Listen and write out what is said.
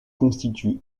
constitue